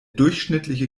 durchschnittliche